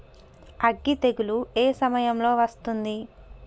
అగ్గి తెగులు ఏ సమయం లో వస్తుంది?